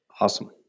Awesome